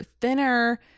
thinner